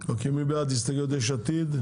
מי בעד ההסתייגויות של יש עתיד?